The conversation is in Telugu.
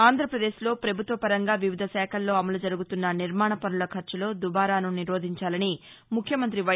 ఆంధ్రాపదేశ్ లో పభుత్వ వరంగా వివిధ శాఖల్లో అమలు జరుగుతున్న నిర్మాణ పనుల ఖర్పులో దుబారాను నిరోధించాలని ముఖ్యమంతి వై